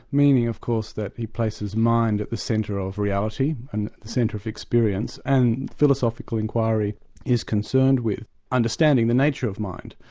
meaning of course that he places mind at the centre of reality and at the centre of experience, and philosophical inquiry is concerned with understanding the nature of mind.